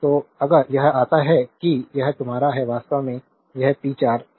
तो अगर यह आता है कि यह तुम्हारा है वास्तव में यह पी 4 है